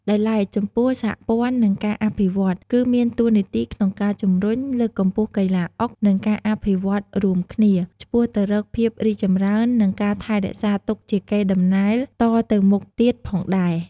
ដោយឡែក ចំពោះសហព័ន្ធនិងការអភិវឌ្ឍន៍ គឺមានតួនាទីក្នុងការជំរុញ លើកកម្ពស់កីឡាអុក និងការអភិវឌ្ឍន៍រួមគ្នា ឆ្ពោះទៅរកភាពរីកចម្រើននិងការថែរក្សាទុកជាកេរតំណែលតទៅមុខទៀតផងដែរ។